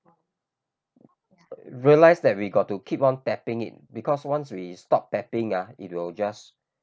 realize that we got to keep on tapping it because once we stop tapping ah it will just